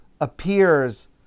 appears